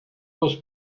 was